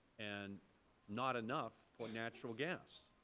and not enough for natural gas.